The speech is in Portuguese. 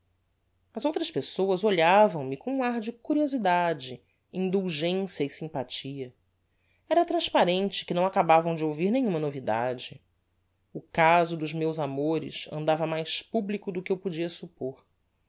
as outras pessoas olhavam me com um ar de curiosidade indulgencia e sympathia era transparente que não acabavam de ouvir nenhuma novidade o caso dos meus amores andava mais publico do que eu podia suppor